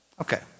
Okay